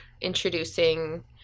introducing